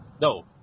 No